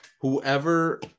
Whoever